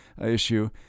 issue